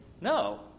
no